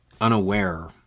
unaware